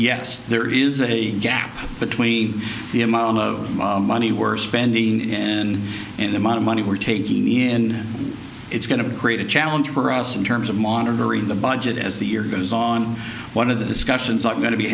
yes there is a gap between the amount of money we're spending in and the amount of money we're taking in it's going to create a challenge for us in terms of monitoring the budget as the year goes on one of the discussions i'm going to be